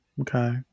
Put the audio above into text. okay